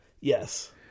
Yes